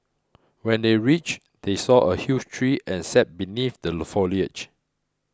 when they reached they saw a huge tree and sat beneath the foliage